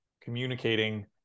communicating